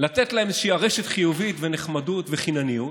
ולתת להן איזו ארשת חיובית ונחמדות וחינניות,